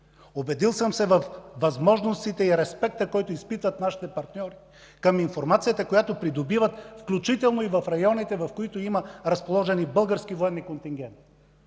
Убедил съм се във възможностите и респекта, който изпитват нашите партньори към информацията, която придобиват, включително и в районите, в които има разположени български военни контингенти.